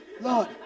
Lord